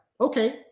Okay